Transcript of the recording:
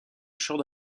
champ